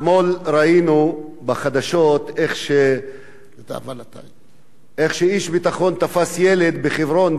אתמול ראינו בחדשות איך איש ביטחון תפס ילד בחברון,